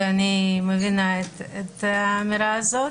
ואני מבינה את האמירה הזאת.